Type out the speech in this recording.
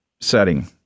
setting